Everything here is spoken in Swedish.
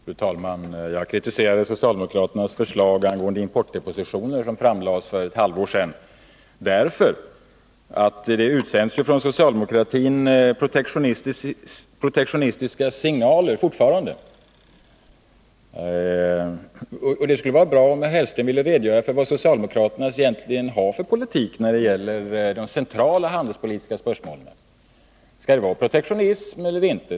Fru talman! Jag kritiserade socialdemokraternas förslag angående importdepositioner, som framlades för ett halvår sedan. Jag gjorde det därför att det fortfarande utsänds protektionistiska signaler från socialdemokraterna. Det vore bra om herr Hellström ville redogöra för den politik som socialdemo kraterna egentligen för när det gäller de centrala handelspolitiska spörsmålen. Skall det vara protektionism eller inte?